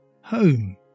home